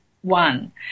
One